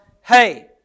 hey